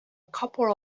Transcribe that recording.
couple